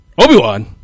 Obi-Wan